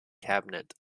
cabinet